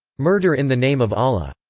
murder in the name of allah.